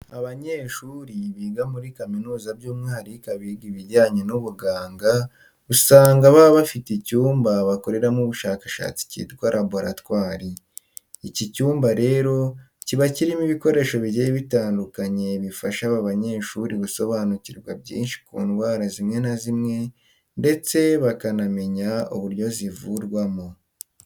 Abanyeshuri biga muri kaminuza by'umwihariko abiga ibijyanye n'ubuganga usanga baba bafite icyumba bakoreramo ubushakashatsi cyitwa laboratwari. Iki cyumba rero kiba kirimo ibikoresho bigiye bitandukanye bifasha aba banyeshuri gusobanukirwa byinshi ku ndwara zimwe na zimwe ndetse bakanamenya uburyo zivurwamo